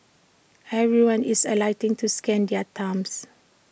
everyone is alighting to scan their thumbs